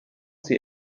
sie